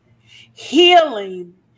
healing